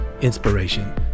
inspiration